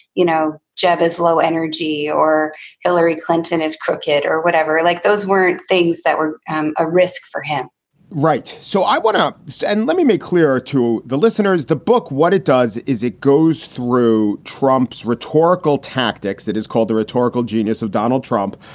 you know, jeb is low energy or hillary clinton is crooked or whatever, like those weren't things that were a risk for him right. so i want to and let me make clear to the listeners the book. what it does is it goes through trump's rhetorical tactics. it is called the rhetorical genius of donald trump.